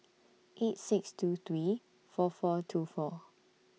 eight six two three four four two four